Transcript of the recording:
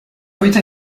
poète